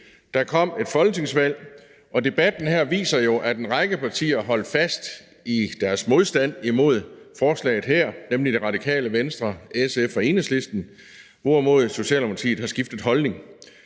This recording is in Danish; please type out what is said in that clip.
Der kom et folketingsvalg, og debatten her viser jo, at en række partier holdt fast i deres modstand imod forslaget her, nemlig Radikale Venstre, SF og Enhedslisten, hvorimod Socialdemokratiet har skiftet holdning.